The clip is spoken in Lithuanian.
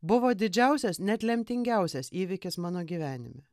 buvo didžiausias net lemtingiausias įvykis mano gyvenime